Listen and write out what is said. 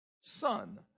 Son